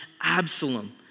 Absalom